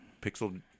pixel